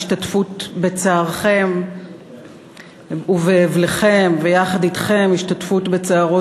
השתתפות בצערכם ובאבלכם ויחד אתכם השתתפות בצערו